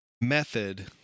method